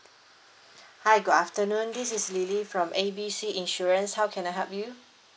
hi good afternoon this is lily from A B C insurance how can I help you